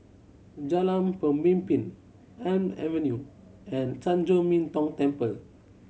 Jalan Pemimpin Elm Avenue and Chan Chor Min Tong Temple